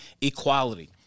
equality